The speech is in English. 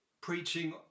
preaching